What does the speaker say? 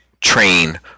train